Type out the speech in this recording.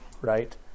right